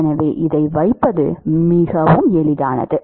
எனவே இதை வைப்பது மிகவும் எளிதானது